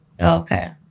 Okay